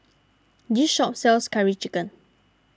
this shop sells Curry Chicken